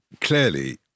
Clearly